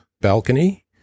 balcony